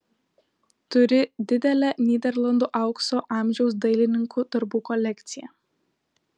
turi didelę nyderlandų aukso amžiaus dailininkų darbų kolekciją